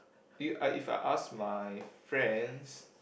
uh if I ask my friends